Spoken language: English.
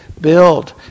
build